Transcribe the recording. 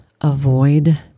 avoid